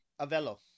Avello